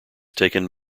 taken